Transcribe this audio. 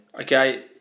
Okay